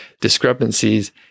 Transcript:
discrepancies